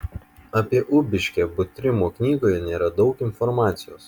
apie ubiškę butrimo knygoje nėra daug informacijos